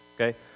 okay